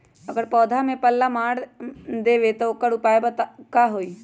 अगर पौधा में पल्ला मार देबे त औकर उपाय का होई?